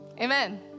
Amen